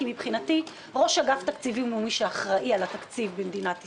כי מבחינתי ראש אגף תקציבים הוא מי שאחראי על התקציב במדינת ישראל,